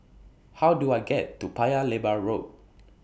How Do I get to Paya Lebar Road